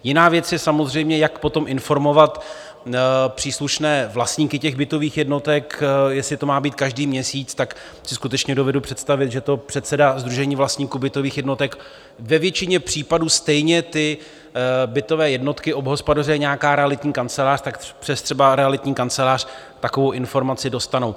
Jiná věc je samozřejmě, jak potom informovat příslušné vlastníky těch bytových jednotek, jestli to má být každý měsíc, tak si skutečně dovedu představit, že to předseda sdružení vlastníků bytových jednotek, ve většině případů stejně ty bytové jednotky obhospodařuje nějaká realitní kancelář, tak třeba přes realitní kancelář takovou informaci dostanou.